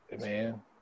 man